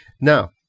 Now